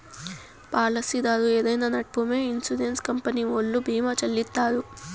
పాలసీదారు ఏదైనా నట్పూమొ ఇన్సూరెన్స్ కంపెనీ ఓల్లు భీమా చెల్లిత్తారు